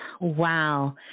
wow